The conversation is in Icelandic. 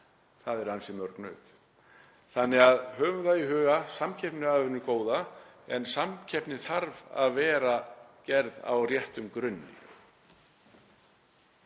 Þannig að höfum það í huga að samkeppni er af hinu góða en samkeppni þarf að vera gerð á réttum grunni.